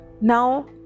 Now